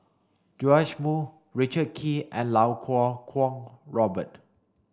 Joash Moo Richard Kee and Iau Kuo Kwong Robert